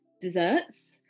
desserts